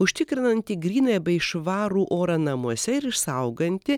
užtikrinantį gryną bei švarų orą namuose ir išsaugantį